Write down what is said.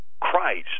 Christ